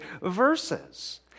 verses